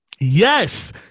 Yes